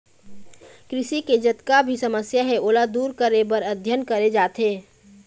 कृषि के जतका भी समस्या हे ओला दूर करे बर अध्ययन करे जाथे